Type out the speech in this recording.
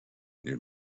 near